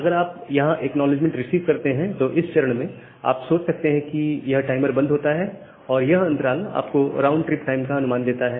अगर आप यहां एक्नॉलेजमेंट रिसीव करते हैं तो इस चरण में आप सोच सकते हैं कि यह टाइमर बंद होता है और यह अंतराल आपको राउंड ट्रिप टाइम का अनुमान देता है